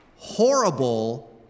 horrible